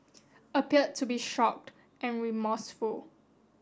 appeared to be shocked and remorseful